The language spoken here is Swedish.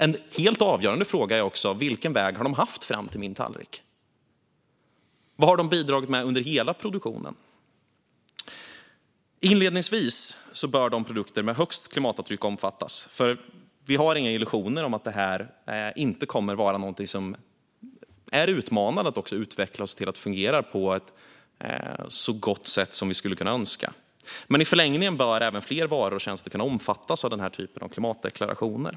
En helt avgörande fråga är också vilken väg de har tagit fram till min tallrik. Vad har de bidragit med under hela produktionen? Inledningsvis bör de produkter som har det högsta klimatavtrycket omfattas. Vi har nämligen inga illusioner om att detta inte kommer att vara utmanande att utveckla och se till att det fungerar på ett så gott sätt som vi skulle kunna önska. I förlängningen bör dock även fler varor och tjänster kunna omfattas av den här typen av klimatdeklarationer.